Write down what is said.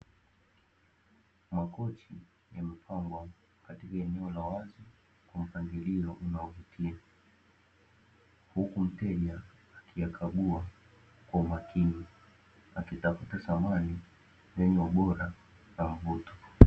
Makochi yamepangwa katika eneo la wazi kwa mpangilio unaovutia, huku mteja akiyakagua kwa umakini, akitafuta samani zenye ubora na mvuto.